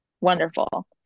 Wonderful